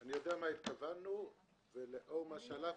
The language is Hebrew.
אני יודע מה התכוונו ולאור מה שעלה כאן,